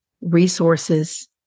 resources